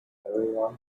everyone